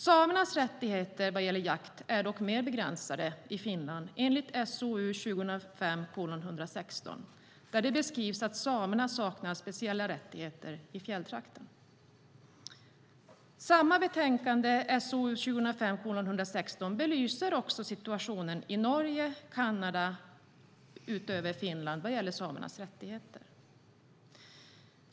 Samernas rättigheter vad gäller jakt är dock mer begränsade i Finland enligt SOU 2005:116, där det beskrivs att samerna saknar speciella rättigheter i fjälltrakterna. Samma betänkande, SOU 2005:116, belyser också situationen i Norge och Kanada, utöver Finland, vad gäller samernas rättigheter.